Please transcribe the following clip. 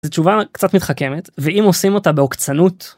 זאת תשובה קצת מתחכמת ואם עושים אותה בעוקצנות.